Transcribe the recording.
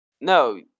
No